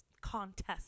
Contest